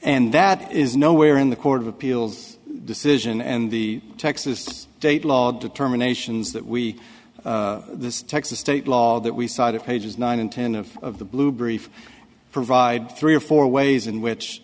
and that is nowhere in the court of appeals decision and the texas state law determinations that we the texas state law that we sided pages nine in ten of the blue brief provide three or four ways in which